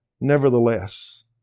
Nevertheless